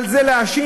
על זה להאשים?